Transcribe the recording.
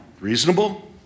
Reasonable